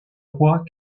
droit